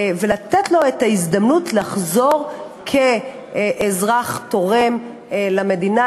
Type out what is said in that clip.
ולתת לו את ההזדמנות לחזור כאזרח תורם למדינה.